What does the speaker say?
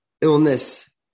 illness